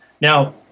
Now